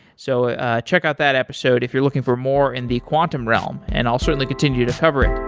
so ah ah check out that episode if you're looking for more in the quantum realm and i'll certainly continue to cover it